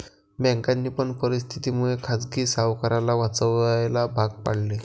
बँकांनी पण परिस्थिती मुळे खाजगी सावकाराला वाचवायला भाग पाडले